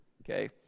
Okay